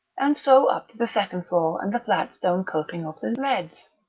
and so up to the second floor and the flat stone coping of the leads.